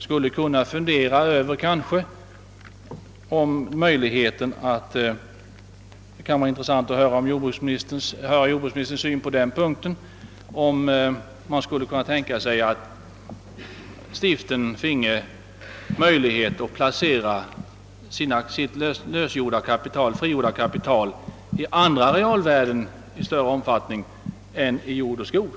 Skulle vi — det kan vara intressant att höra jordbruksministerns syn på den punkten — kunna tänka oss att stiften finge möjlighet att i större omfattning placera sitt frigjorda kapital i andra realvärden än i jord och skog.